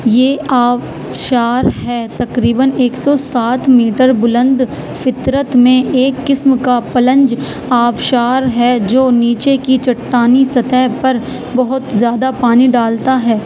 یہ آبشار ہے تقریباً ایک سو سات میٹر بلند فطرت میں ایک قسم کا پلنج آبشار ہے جو نیچے کی چٹانی سطح پر بہت زیادہ پانی ڈالتا ہے